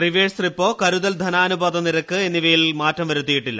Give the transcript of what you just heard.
reverse repo കരുതൽ ധനാനുപാത നിരക്ക് എന്നിവയിൽ മാറ്റം വരുത്തിയിട്ടില്ല